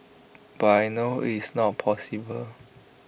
but I know IT is not possible